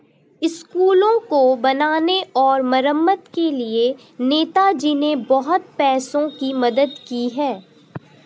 स्कूलों को बनाने और मरम्मत के लिए नेताजी ने बहुत पैसों की मदद की है